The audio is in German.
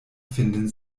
finden